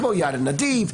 כמו יד הנדיב,